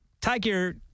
Tiger